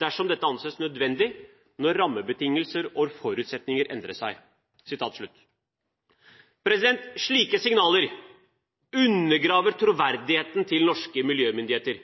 dersom dette anses nødvendig når rammebetingelser og forutsetninger endrer seg.» Slike signaler undergraver troverdigheten til norske miljømyndigheter.